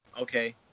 okay